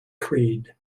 creed